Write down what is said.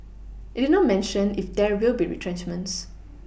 it did not mention if there will be retrenchments